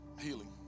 healing